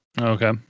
Okay